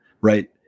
right